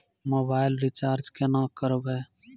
Mobile recharge केना करबै?